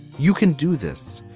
you can do this.